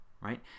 right